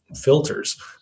filters